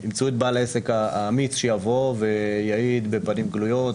תמצאו את בעל העסק האמיץ שיבוא ויעיד בפנים גלויות,